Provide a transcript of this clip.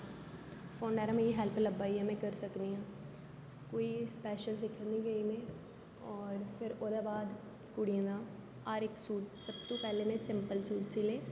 फोने र मिगी हैल्प लब्भा दी ऐ मे करी सकनी हा कोई सपेशल सिक्खन नेईं गेई में और फिर ओहदे बाद कुडि़ये दा हर इक सूट सब तू पहले में सिंपल सूट सिले